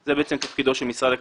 שזה בעצם תפקידו של משרד הכלכלה.